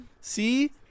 See